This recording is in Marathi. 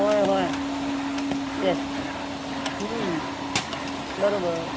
होय होय येस बरोबर